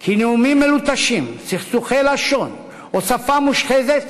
כי נאומים מלוטשים, צחצוחי לשון או שפה מושחזת